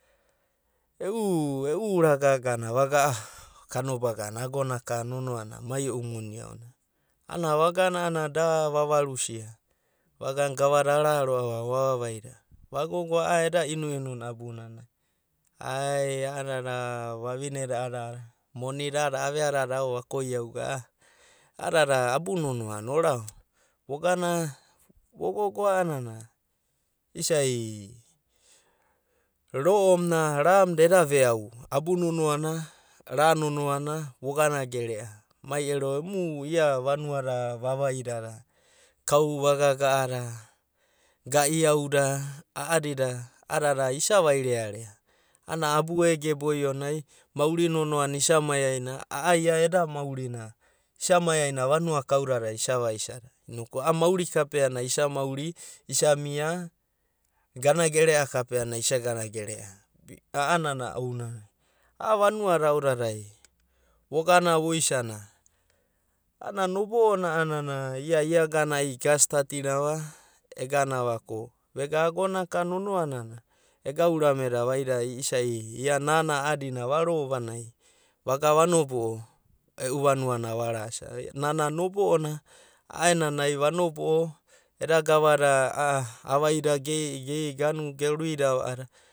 E’u, e’u unagagana vagana a’a kano bagana, agonaka nonoana mai e’u moni aonanai, anana vagana a’anana da vava rusia, vagana gavada ara roa’va a’adada vavavaia. Vago a’a eda inunu na abanana ai a’adada vavine da a’adada, moni da a’anana avea dadai va koi, ugu a’a dada abu nonoa na mai ra nonoana. Mai emu vanuana vavai dada, gaga’a dada. Gaiau da a’adadada isa vaireare a’anana abu ege boia nai maurina nonoana is mauri aina a’a ia da eda mauri isa maiaina vawa da kaudada, is vaisa da noku a’a mauri kapea nai isa mauri isa mia gana gere kape anai isa gana gerere a. A’a vanua da aodadai, vogana voisa da, ana nobo’o na, ka iagan ka starti rava egana va ko agona ka nonoana a’adina vagana va nobo’o eu vanua na varasia dia vrgana mara i’unai emai nobo’o da ago da da. I’agana ema emagana vanuanai, a’anana kauda gema, eda na’au da geve vaiva. I’anana isada gene bani gava oanana nai, ai isa nobo’o venida. Eda gavada, a’a vaidada geruida va a’anana.